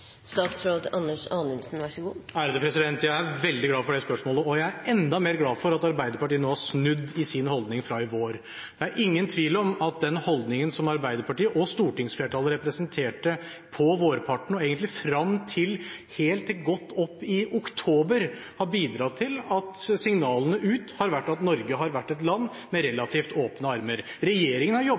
Jeg er veldig glad for det spørsmålet, og jeg er enda mer glad for at Arbeiderpartiet nå har snudd i sin holdning fra i vår. Det er ingen tvil om at den holdningen som Arbeiderpartiet og stortingsflertallet representerte på vårparten og egentlig frem til godt ut i oktober, har bidratt til at signalene ut har vært at Norge har vært et land med relativt åpne armer. Regjeringen har jobbet